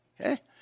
Okay